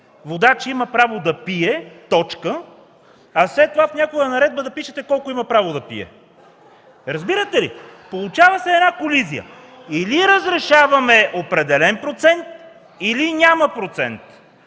водач има право да пие – точка, а след това в някоя наредба да пишете колко има право да пие! Разбирате ли? Получава се колизия! Или разрешаваме определен процент, или няма процент!